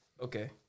Okay